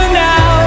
now